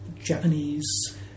Japanese